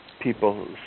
people